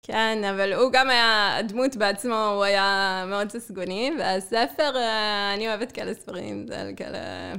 כן, אבל הוא גם היה דמות בעצמו, הוא היה מאוד תסגוני, והספר, אה.. אני אוהבת כאלה ספרים, זה היה כאלה...